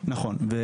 נכון.